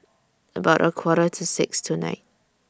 about A Quarter to six tonight